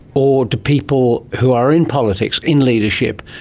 or do people who are in politics, in leadership,